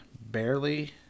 barely